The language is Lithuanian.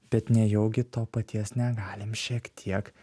bet nejaugi to paties negalim šiek tiek